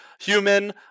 human